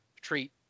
treat